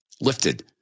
lifted